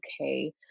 okay